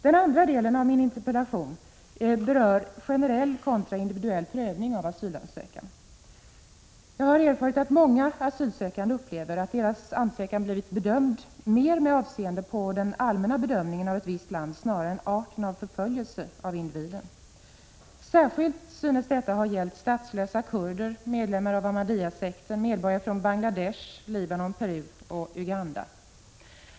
Den andra delen av min interpellation gäller generell resp. individuell prövning av asylansökan. Jag har erfarit att många asylsökande upplever att deras ansökan har blivit bedömd mera med avseende på den allmänna bedömningen av ett visst land än på arten av förföljelse av individen. Särskilt synes detta ha gällt statslösa kurder, medlemmar av den s.k. Ahmadiyyasekten, medborgare från Bangladesh, Libanon, Peru och Uganda.